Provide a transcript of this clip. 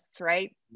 right